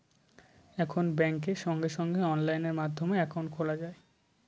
এখন ব্যাঙ্কে সঙ্গে সঙ্গে অনলাইন মাধ্যমে একাউন্ট খোলা যায়